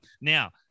Now